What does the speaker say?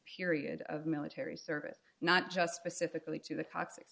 period of military service not just specifically to the cox